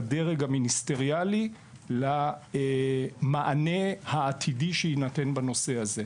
של הדרג המיניסטריאלי למענה העתידי שיינתן בנושא הזה,